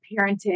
parenting